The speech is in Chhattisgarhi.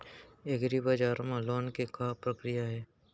एग्रीबजार मा लोन के का प्रक्रिया हे?